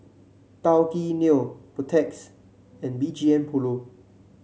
Tao Kae Noi Protex and B G M Polo